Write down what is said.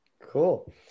Cool